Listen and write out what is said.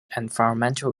environmental